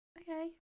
okay